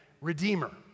redeemer